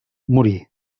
morí